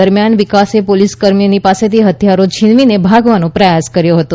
દરમ્યાન વિકાસે પોલીસકર્મીની પાસેથી હથિથારો છીનવીને ભાગવાનો પ્રયાસ કર્યો હતો